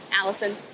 Allison